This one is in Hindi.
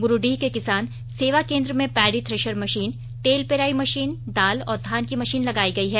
बुरुडीह के किसान सेवा केंद्र में पैडी थ्रेसर मशीन तेल पेराई मशीन दाल और धान की मशीन लगायी गयी है